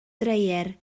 dreier